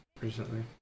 recently